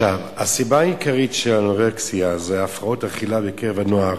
הסיבה העיקרית של אנורקסיה והפרעות אכילה בקרב הנוער,